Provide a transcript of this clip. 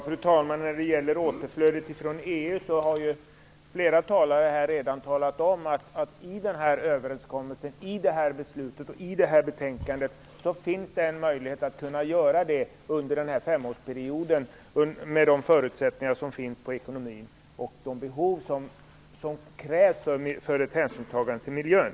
Fru talman! När det gäller utnyttjande av återflödet från EU har flera talare redan talat om att i överenskommelsen, beslutet och betänkandet ges möjlighet att göra det under en femårsperiod, med de ekonomiska förutsättningar som finns och med hänsynstagande till miljön.